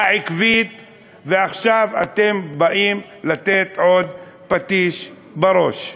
עכשיו אתם באים לתת עוד פטיש בראש,